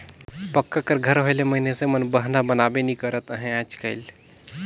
पक्का घर कर होए ले मइनसे मन बहना बनाबे नी करत अहे आएज काएल